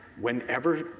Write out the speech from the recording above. whenever